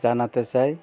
জানাতে চাই